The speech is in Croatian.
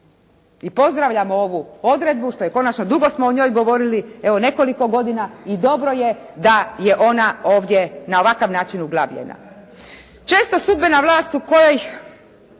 I pozdravljam ovu odredbu što je konačno, dugo smo o njoj govorili evo nekoliko godina i dobro je da je ona ovdje na ovakav način uglavljena. Često sudbena vlast u kojoj